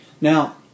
Now